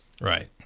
right